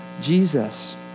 Jesus